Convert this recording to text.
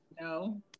No